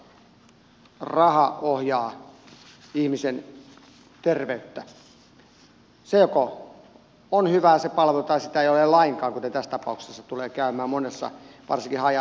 joko se palvelu on hyvää tai sitä ei ole lainkaan kuten tässä tapauksessa tulee käymään monessa varsinkin haja asutusalueella